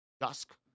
dusk